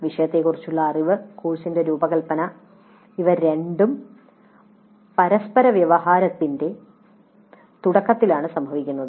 വിഷയത്തെക്കുറിച്ചുള്ള അറിവ് കോഴ്സിന്റെ രൂപകൽപ്പന ഇവ രണ്ടും പരസ്പരവ്യവഹാരത്തിന്റെ തുടക്കത്തിലാണ് സംഭവിക്കുന്നത്